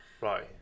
right